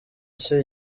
nshya